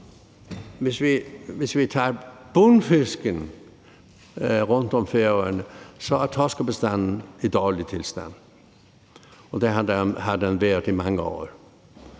vi ser på bundfiskene rundt om Færøerne, er torskebestanden i dårlig tilstand, og det har den været i mange år.